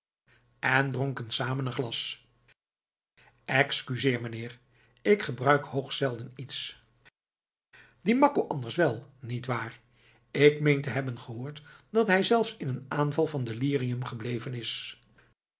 en dronken samen een glas excuseer meneer ik gebruik hoogst zelden iets die makko anders wel niet waar ik meen te hebben gehoord dat hij zelfs in een aanval van delirium gebleven is